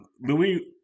Louis